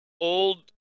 old